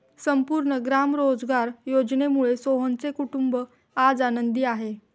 संपूर्ण ग्राम रोजगार योजनेमुळे सोहनचे कुटुंब आज आनंदी आहे